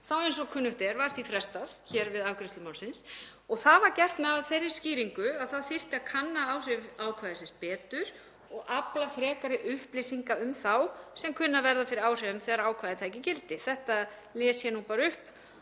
eins og kunnugt er, frestað hér við afgreiðslu málsins og það var gert með þeirri skýringu að það þyrfti að kanna áhrif ákvæðisins betur og afla frekari upplýsinga um þá sem kynnu að verða fyrir áhrifum þegar ákvæðið tæki gildi. Þetta les ég upp